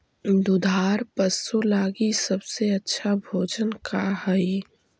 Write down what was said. दुधार पशु लगीं सबसे अच्छा भोजन का हई?